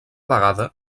vegada